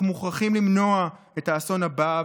אנחנו מוכרחים למנוע את האסון הבא,